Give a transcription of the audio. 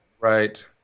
Right